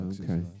Okay